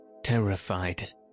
terrified